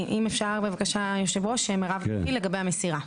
אם אפשר היושב ראש, מירב תתחיל לגבי מסירה.